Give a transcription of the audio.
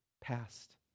past